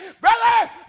Brother